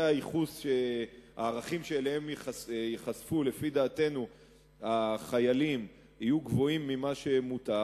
שאליהם ייחשפו החיילים יהיו גבוהים מהמותר,